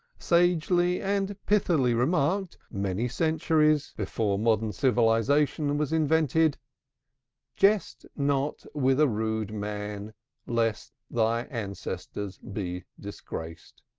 sagely and pithily remarked, many centuries before modern civilization was invented jest not with a rude man lest thy ancestors be disgraced.